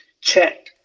check